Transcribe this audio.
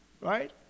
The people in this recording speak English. Right